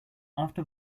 after